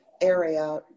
area